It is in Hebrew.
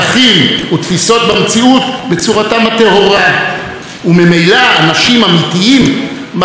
וממילא אנשים אמיתיים מחזיקים בכמה אמונות במקביל.